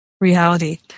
reality